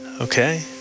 Okay